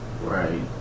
right